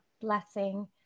blessing